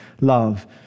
love